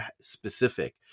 specific